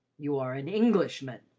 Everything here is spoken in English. you are an englishman,